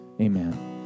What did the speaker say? Amen